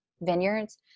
vineyards